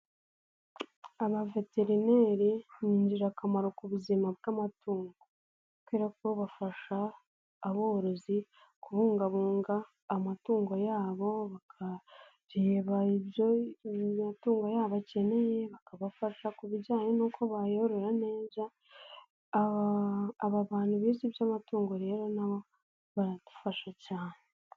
Abaveterineri ni ingirakamaro ku buzima bw'amatungo kuberako bafasha aborozi kubungabunga amatungo yabo bakareba ibyo amatungo yabo akeneye, bakabafasha ku bijyanye n'uko bayorora neza, aba bantu bize iby'amatungo rero na bo baradufasha cyane.